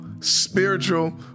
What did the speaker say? spiritual